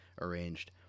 arranged